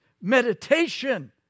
Meditation